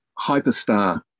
hyperstar